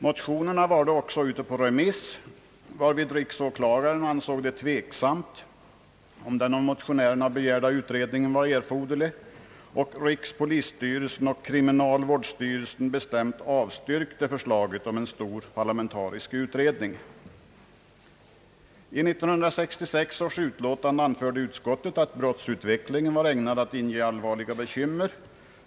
Motionerna var då också ute på remiss, varvid riksåklagaren ansåg det tveksamt om den av motionärerna begärda utredningen var erforderlig. Rikspolisstyrelsen och kriminalvårdsstyrelsen avstyrkte bestämt förslaget om en stor parlamentarisk utredning. I 1966 års utlåtande anförde utskottet att brottsutvecklingen var ägnad att inge allvarliga bekymmer.